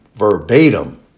verbatim